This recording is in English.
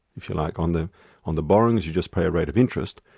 if you like, on the on the borrowings you just pay a rate of interest,